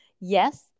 Yes